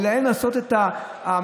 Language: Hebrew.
ולהם לעשות את המהפך,